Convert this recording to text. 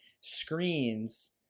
screens